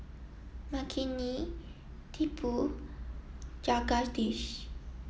Makineni Tipu Jagadish